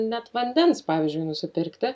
net vandens pavyzdžiui nusipirkti